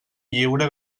lliure